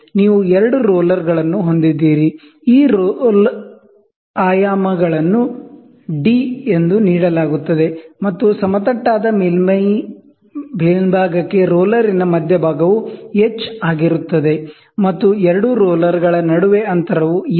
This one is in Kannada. ನೀವು ಎರಡು ರೋಲರ್ಗಳನ್ನು ಹೊಂದಿದ್ದೀರಿ ಈ ರೋಲರ್ ಆಯಾಮಗಳನ್ನು ಡಿ ಎಂದು ನೀಡಲಾಗುತ್ತದೆ ಮತ್ತು ಸಮತಟ್ಟಾದ ಮೇಲ್ಮೈಯ ಮೇಲ್ಭಾಗಕ್ಕೆ ರೋಲರಿನ ಮಧ್ಯಭಾಗವು ಎಚ್ ಆಗಿರುತ್ತದೆ ಮತ್ತು ಎರಡು ರೋಲರ್ಗಳ ನಡುವೆ ಅಂತರವು ಎಲ್